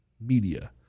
media